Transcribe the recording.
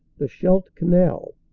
the scheidt canal,